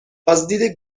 بازدید